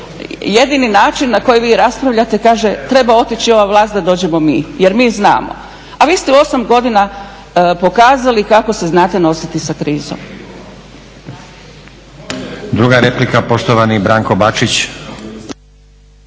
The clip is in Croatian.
jedini način na koji vi raspravljate kaže "Treba otići ova vlast da dođemo mi, jer mi znamo." A vi ste u 8 godina pokazali kako se znate nositi sa krizom.